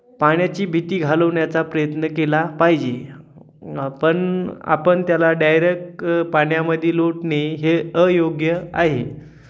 पाण्याची भीती घालवण्याचा प्रयत्न केला पाहिजे पण आपण त्याला डायरेक पाण्यामध्ये लोटणे हे अयोग्य आहे